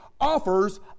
offers